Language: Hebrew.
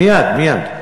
מייד, מייד.